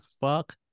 fuck